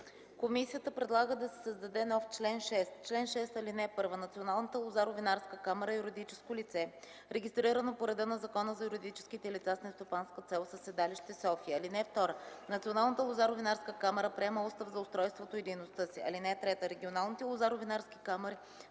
Комисията предлага да се създаде нов чл. 6: „Чл. 6. (1) Националната лозаро-винарска камара е юридическо лице, регистрирано по реда на Закона за юридическите лица с нестопанска цел, със седалище София. (2) Националната лозаро-винарска камара приема устав за устройството и дейността си. (3) Регионалните лозаро-винарски камари